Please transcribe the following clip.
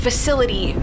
Facility